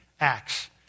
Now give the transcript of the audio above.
acts